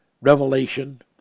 revelation